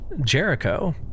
Jericho